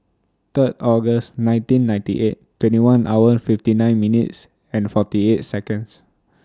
Third August nineteen ninety eight twenty hour fifty nine minutes and forty eight Seconds